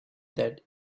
that